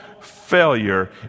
failure